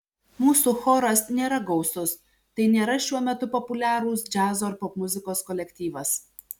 mūsų choras nėra gausus tai nėra šiuo metu populiarūs džiazo ar popmuzikos kolektyvas